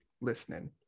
listening